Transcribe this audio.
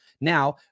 Now